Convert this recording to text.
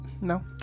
No